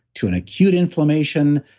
to an acute inflammation,